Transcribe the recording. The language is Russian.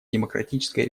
демократической